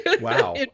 wow